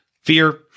fear